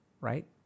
Right